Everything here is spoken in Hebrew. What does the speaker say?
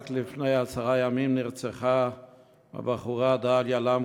רק לפני עשרה ימים נרצחה הבחורה דליה למקוס,